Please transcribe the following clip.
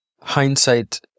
hindsight